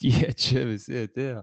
jie čia visi atėjo